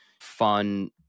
fun